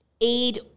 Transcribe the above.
aid